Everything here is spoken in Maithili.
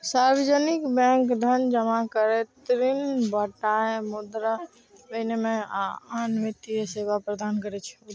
सार्वजनिक बैंक धन जमा करै, ऋण बांटय, मुद्रा विनिमय, आ आन वित्तीय सेवा प्रदान करै छै